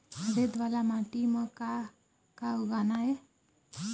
रेत वाला माटी म का का उगाना ये?